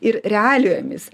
ir realijomis